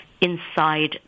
inside